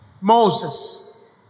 Moses